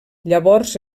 llavors